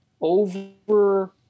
over